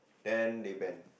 then they ban